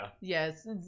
Yes